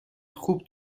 خوب